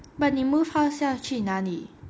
but 你 move house 要去哪里